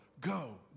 go